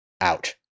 out